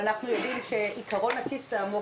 ואנחנו יודעים שעיקרון הכיס העמוק,